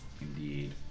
Indeed